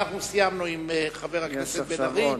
אנחנו סיימנו עם חבר הכנסת בן-ארי,